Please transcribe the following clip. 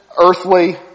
earthly